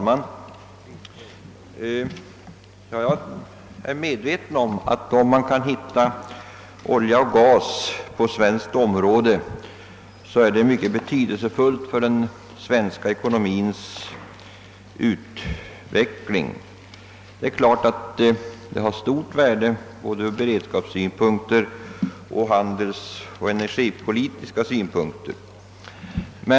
Herr talman! Jag är medveten om att det är mycket betydelsefullt för den svenska ekonomins utveckling om man kan hitta olja och gas på svenskt område. Detta har stort värde ur såväl beredskapssynpunkter som handelsoch energipolitiska synpunkter.